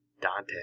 Dante